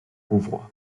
rouvroy